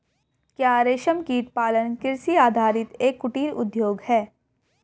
क्या रेशमकीट पालन कृषि आधारित एक कुटीर उद्योग है?